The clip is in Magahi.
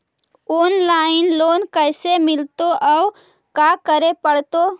औनलाइन लोन कैसे मिलतै औ का करे पड़तै?